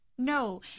No